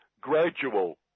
gradual